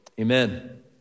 Amen